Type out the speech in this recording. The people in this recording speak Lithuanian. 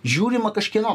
žiūrima kažkieno